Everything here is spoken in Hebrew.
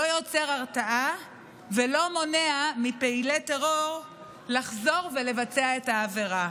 לא יוצר הרתעה ולא מונע מפעילי טרור לחזור ולבצע את העבירה.